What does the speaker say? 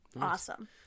Awesome